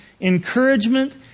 encouragement